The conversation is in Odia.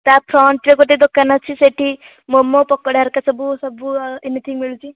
ତା ଫ୍ରଣ୍ଟରେ ଗୋଟିଏ ଦୋକାନ ଅଛି ସେଠି ମୋମୋ ପକୋଡ଼ା ହେରିକା ସବୁ ସବୁ ଏମିତି ମିଳୁଛି